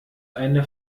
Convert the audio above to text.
eine